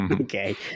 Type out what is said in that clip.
Okay